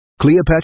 Cleopatra